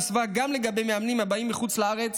נוספה גם לגבי מאמנים הבאים מחוץ לארץ